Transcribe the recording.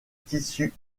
tissu